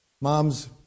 Moms